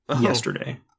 yesterday